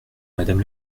madame